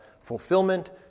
fulfillment